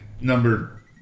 number